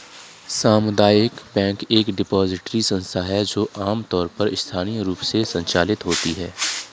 सामुदायिक बैंक एक डिपॉजिटरी संस्था है जो आमतौर पर स्थानीय रूप से संचालित होती है